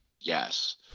Yes